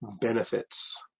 benefits